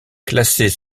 classées